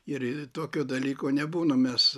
ir tokio dalyko nebūna mes